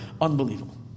Unbelievable